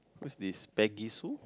who's this Pegisu